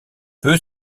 peu